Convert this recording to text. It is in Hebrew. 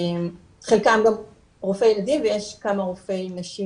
חלקם רופאי ילדים ויש כמה רופאי נשים